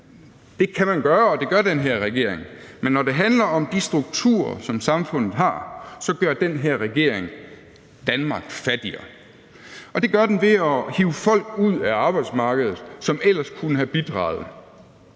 Det kan man gøre, og det gør den her regering. Men når det handler om de strukturer, som samfundet har, så gør den her regering Danmark fattigere. Det gør den ved at hive folk ud af arbejdsmarkedet, som ellers kunne have bidraget.